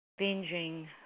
binging